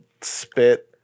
spit